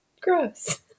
Gross